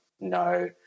no